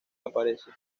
aparece